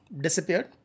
disappeared